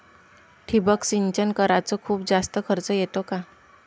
ठिबक सिंचन कराच खूप जास्त खर्च येतो का?